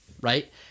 right